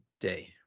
day